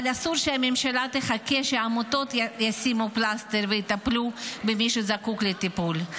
אבל אסור שהממשלה תחכה שעמותות ישימו פלסטר ויטפלו במי שזקוק לטיפול.